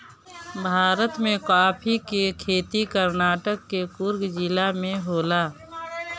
भारत में काफी के खेती कर्नाटक के कुर्ग जिला में होला